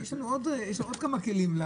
יש לנו עוד כמה כלים.